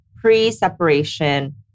pre-separation